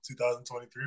2023